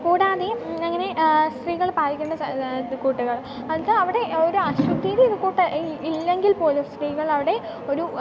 കൂടാതെ അങ്ങനെ സ്ത്രീകൽ പാലിക്കേണ്ട ഇത് കൂട്ടുകൾ അത് അവിടെ ഒരു അശുദ്ധിയുടെ ഇത് കൂട്ട് ഇല്ലെങ്കിൽപ്പോലും സ്ത്രീകളവിടെ ഒരു